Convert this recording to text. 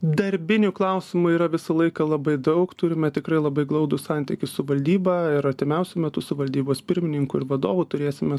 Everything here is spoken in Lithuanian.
darbinių klausimų yra visą laiką labai daug turime tikrai labai glaudų santykį su valdyba ir artimiausiu metu su valdybos pirmininku ir vadovu turėsime